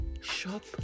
shop